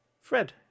Fred